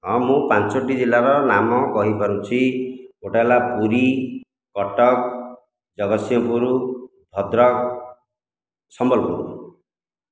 ହଁ ମୁଁ ପାଞ୍ଚୋଟି ଜିଲ୍ଲାର ନାମ କହିପାରୁଛି ଗୋଟିଏ ହେଲା ପୁରୀ କଟକ ଜଗତସିଂହପୁର ଭଦ୍ରକ ସମ୍ବଲପୁର